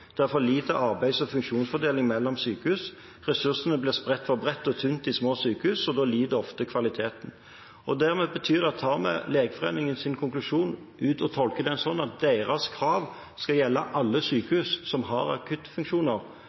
det er for lite arbeids- og funksjonsfordeling mellom sykehus, ressursene blir spredt for bredt og tynt til små sykehus, og da lider ofte kvaliteten. Tar vi Legeforeningens konklusjon og tolker den slik at deres krav skal gjelde alle sykehus som har akuttfunksjoner,